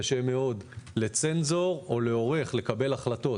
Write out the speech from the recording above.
קשה מאוד לצנזור או לעורך לקבל החלטות.